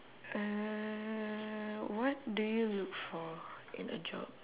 uh what do you look for in a job